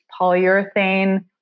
polyurethane